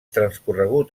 transcorregut